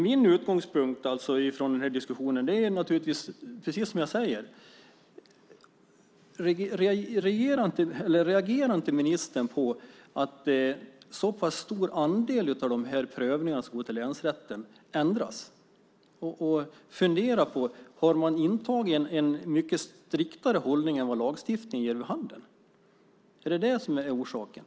Min utgångspunkt i denna diskussion är precis som jag säger: Reagerar inte ministern på att en så pass stor andel av prövningarna som går till länsrätten ändras? Har man intagit en mycket striktare hållning än vad lagstiftningen ger vid handen? Är det orsaken?